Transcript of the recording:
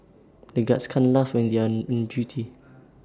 the guards can't laugh when they are on duty